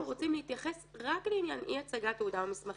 רוצים להתייחס רק לעניין אי-הצגת תעודה או מסמכים.